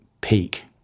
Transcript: peak